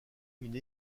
une